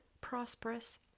prosperous